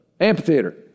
Amphitheater